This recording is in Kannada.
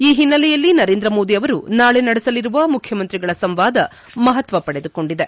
ಈ ಹಿನ್ನೆಲೆಯಲ್ಲಿ ನರೇಂದ್ರ ಮೋದಿ ಅವರು ನಾಳೆ ನಡೆಸಲಿರುವ ಮುಖ್ಯಮಂತ್ರಿಗಳ ಸಂವಾದ ಮಹತ್ವ ಪಡೆದುಕೊಂಡಿದೆ